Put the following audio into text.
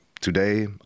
today